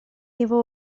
его